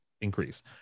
increase